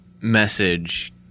message